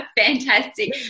Fantastic